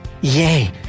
Yay